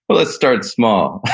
but let's start small.